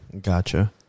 Gotcha